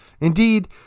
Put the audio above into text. Indeed